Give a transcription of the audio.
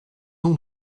nom